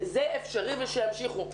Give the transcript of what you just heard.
זה אפשרי, ושימשיכו.